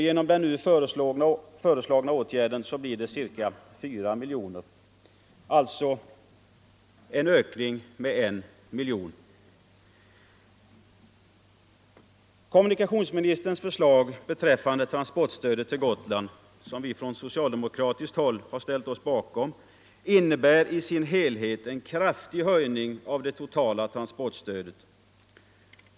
Genom den nu föreslagna åtgärden blir det ca 4 miljoner, alltså en ökning med 1 miljon. Kommunikationsministerns förslag beträffande transportstödet till Gotland, som vi från socialdemokratiskt håll har ställt oss bakom, innebär i sin helhet en kraftig höjning av det totala transportstödet.